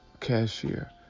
cashier